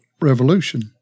Revolution